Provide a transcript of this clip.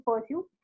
pursue